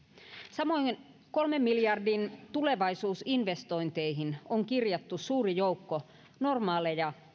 samoin kolmen miljardin tulevaisuusinvestointeihin on kirjattu suuri joukko normaaleja